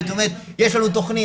את אומרת יש לנו תכנית,